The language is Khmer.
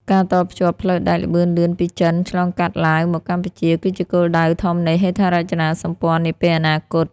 ការតភ្ជាប់ផ្លូវដែកល្បឿនលឿនពីចិន ឆ្លងកាត់ឡាវ មកកម្ពុជា គឺជាគោលដៅធំនៃហេដ្ឋារចនាសម្ព័ន្ធនាពេលអនាគត។